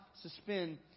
suspend